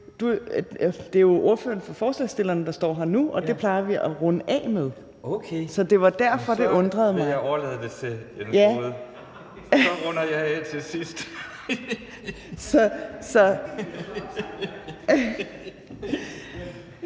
det jo er ordføreren for foreslagsstillerne, der står her nu, og det plejer vi at runde af med. Så det var derfor, det undrede mig. (Uffe Elbæk (FG): Okay, jeg vil så overlade det til Jens Rohde, og så runder jeg af til sidst). Så